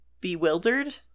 bewildered